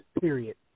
period